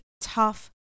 tough